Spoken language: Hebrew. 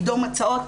קידום הצעות.